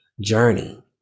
journey